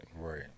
Right